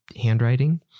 handwriting